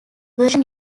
version